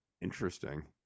interesting